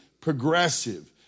progressive